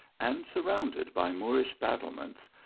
and surrounded by moorish battle ments,